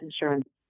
insurance